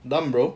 dumb bro